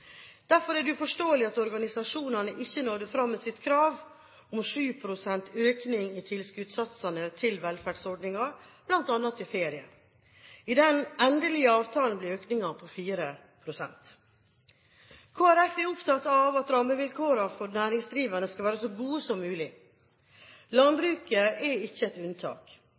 Derfor er det uforståelig at organisasjonene ikke nådde fram med sitt krav om 7 pst. økning i tilskuddsatsene til velferdsordningene, bl.a. til ferie. I den endelige avtalen ble økningen på 4 pst. Kristelig Folkeparti er opptatt av at rammevilkårene for næringsdrivende skal være så gode som mulig. Landbruket er ikke et unntak.